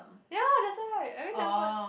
ya that's why I always never 换